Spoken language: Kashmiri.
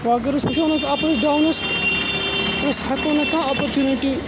وَ اگر أسۍ وٕچھو نہ حظ اَپٕز ڈاونٕز أسۍ ہیٚکو نہٕ کانٛہہ اَپورچُنِٹی